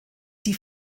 die